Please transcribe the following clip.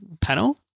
panel